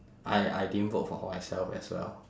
I I didn't vote for myself as well